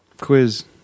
quiz